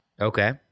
Okay